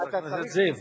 חבר הכנסת זאב.